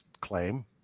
claim